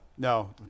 No